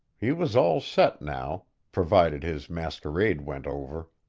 he was all set now provided his masquerade went over.